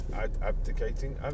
abdicating